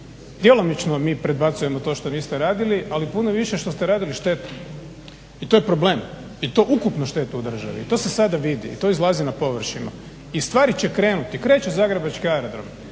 djelomično mi predbacujemo to što niste radili, ali puno više što ste radili štetu i to je problem i to ukupnu štetu u državi i to se sada vidi i to izlazi na površinu. I stvari će krenuti, kreće zagrebački aerodrom,